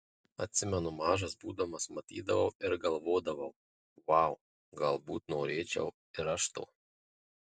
atsimenu mažas būdamas matydavau ir galvodavau vau galbūt norėčiau ir aš to